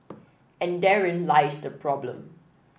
and therein lies the problem